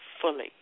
fully